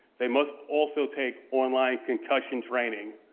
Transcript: they must also take online concussion training,